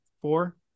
four